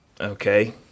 Okay